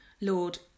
Lord